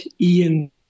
Ian